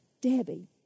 Debbie